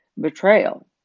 betrayal